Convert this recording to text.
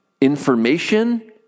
information